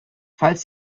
falls